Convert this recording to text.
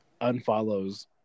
unfollows